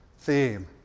theme